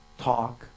talk